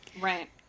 right